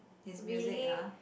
his music [huh]